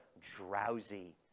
drowsy